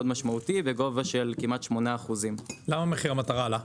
משמעותי בגובה של כמעט 8%. למה מחיר המטרה עלה?